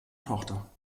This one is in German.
tochter